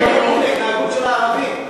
זה קשור להתנהגות של הערבים,